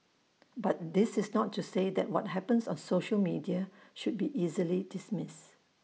but this is not to say that what happens on social media should be easily dismissed